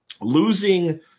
losing